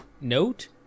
note